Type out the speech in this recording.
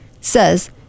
Says